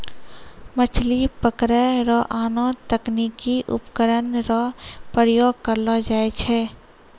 मछली पकड़ै रो आनो तकनीकी उपकरण रो प्रयोग करलो जाय छै